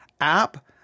app